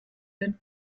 den